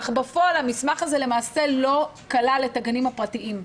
אך בפועל המסמך הזה לא כלל את הגנים הפרטיים.